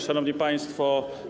Szanowni Państwo!